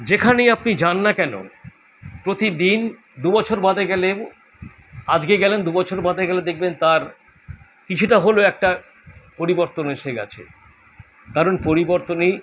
যেখানেই আপনি যান না কেন প্রতিদিন দু বছর বাদে গেলেও আজকে গেলেন দু বছর বাদে গেলে দেখবেন তার কিছুটা হলেও একটা পরিবর্তন এসে গিয়েছে কারণ পরিবর্তনই